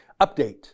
Update